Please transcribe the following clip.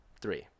three